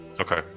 Okay